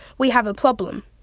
we have a problem.